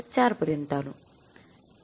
४ पर्यंत आनु